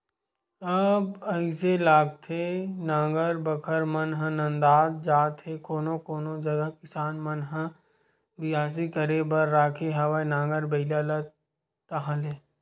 अब अइसे लागथे नांगर बखर मन ह नंदात जात हे कोनो कोनो जगा किसान मन ह बियासी करे बर राखे हवय नांगर बइला ला ताहले